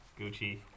Gucci